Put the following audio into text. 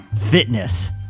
fitness